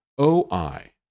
OI